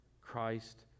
Christ